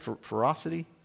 Ferocity